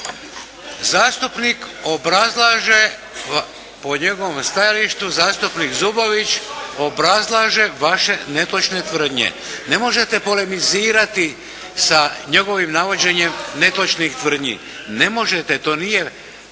Zastupnik obrazlaže, po njegovom stajalištu zastupnik Zubović obrazlaže vaše netočne tvrdnje. Ne možete polemizirati sa njegovim navođenjem netočnih tvrdnji. Ne možete, to nije